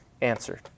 answered